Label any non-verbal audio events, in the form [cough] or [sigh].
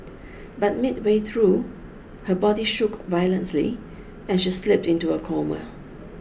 [noise] but midway through her body shook violently and she slipped into a coma